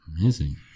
Amazing